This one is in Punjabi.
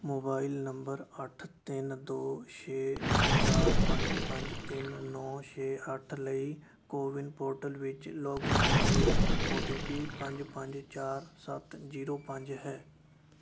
ਮੋਬਾਈਲ ਨੰਬਰ ਅੱਠ ਤਿੰਨ ਦੋ ਛੇ ਚਾਰ ਪੰਜ ਪੰਜ ਤਿੰਨ ਨੌ ਛੇ ਅੱਠ ਲਈ ਕੋਵਿਨ ਪੋਰਟਲ ਵਿੱਚ ਲੌਗਇਨ ਕਰਨ ਲਈ ਓ ਟੀ ਪੀ ਪੰਜ ਪੰਜ ਚਾਰ ਸੱਤ ਜੀਰੋ ਪੰਜ ਹੈ